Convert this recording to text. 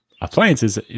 Appliances